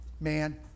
man